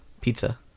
Pizza